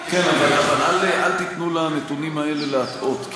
אבל אל תיתנו לנתונים האלה להטעות,